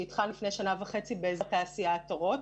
שהתחלנו לפני שנה וחצי באזור התעשייה עטרות.